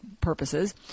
purposes